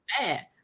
bad